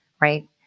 right